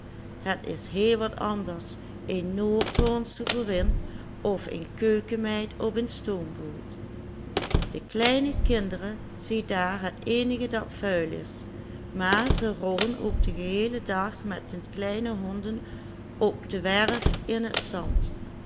het is heel wat anders een noordhollandsche boerin of een keukenmeid op een stoomboot de kleine kinderen ziedaar het eenige dat vuil is maar ze rollen ook den geheelen dag met de kleine honden op de werf in t zand